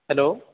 hello